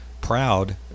proud